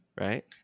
right